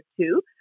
two